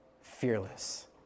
fearless